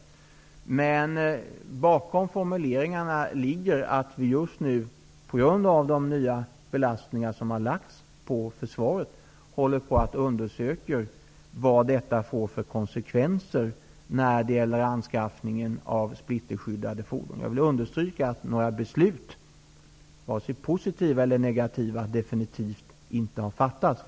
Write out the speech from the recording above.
Bakom den formulering som Åke Carnerö hänvisade till ligger att vi just nu undersöker vad de nya belastningar som lagts på försvaret får för konsekvenser för anskaffningen av splitterskyddade fordon. Jag vill understyrka att några definitiva beslut, varken positiva eller negativa, inte har fattats.